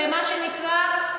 ומה שנקרא,